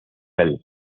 bell